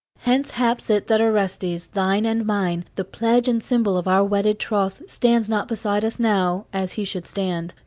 hence haps it that orestes, thine and mine, the pledge and symbol of our wedded troth, stands not beside us now, as he should stand.